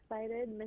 excited